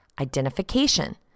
Identification